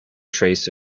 trace